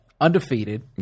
undefeated